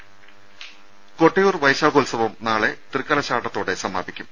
രുമ കൊട്ടിയൂർ വൈശാഖോത്സവം നാളെ തൃക്കലശാട്ടത്തോടെ സമാപിക്കും